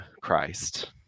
christ